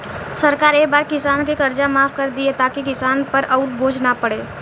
सरकार ए बार किसान के कर्जा माफ कर दि ताकि किसान पर अउर बोझ ना पड़े